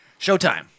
Showtime